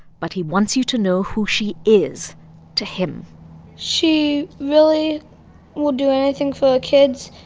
but he wants you to know who she is to him she really will do anything for her kids,